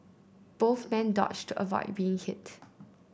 both men dodged avoid being hit